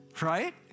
right